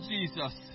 Jesus